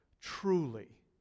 truly